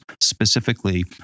specifically